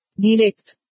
Direct